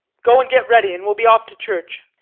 go and get ready and we'll be off to church.